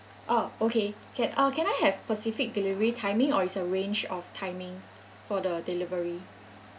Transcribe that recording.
oh okay can uh can I have specific delivery timing or it's a range of timing for the delivery